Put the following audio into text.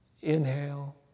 inhale